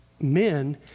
men